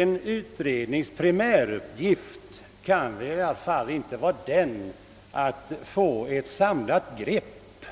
En utrednings primäruppgift kan väl i alla fall inte vara den att få ett samlat grepp